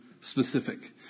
specific